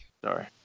Sorry